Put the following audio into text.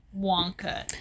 wonka